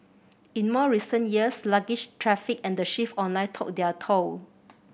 in more recent years sluggish traffic and the shift online took their toll